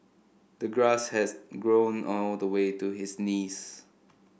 the grass has grown all the way to his knees